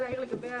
אדוני היושב-ראש,